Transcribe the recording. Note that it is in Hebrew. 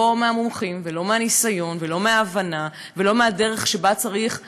לא מהמומחים ולא מהניסיון ולא מההבנה ולא מהדרך שבה צריך לבוא,